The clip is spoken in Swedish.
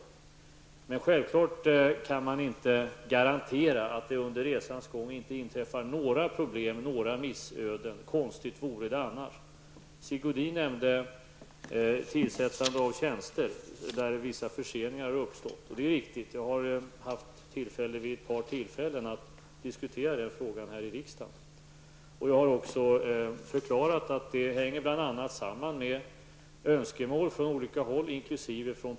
Man kan självfallet inte garantera att det inte inträffar några problem och missöden under resans gång. Det vore konstigt annars. Sigge Godin nämnde att det har uppstått vissa förseningar när det gäller tillsättande av tjänster. Det är riktigt. Jag har haft tillfälle att diskutera den frågan här i riksdagen vid ett par tillfällen. Jag har också förklarat att det bl.a. hänger samman med önskemål från olika håll, inkl.